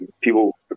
people